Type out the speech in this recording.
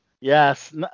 Yes